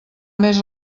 més